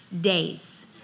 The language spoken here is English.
days